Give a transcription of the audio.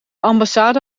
ambassade